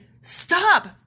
stop